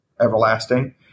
everlasting